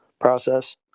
process